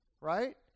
right